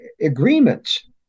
agreements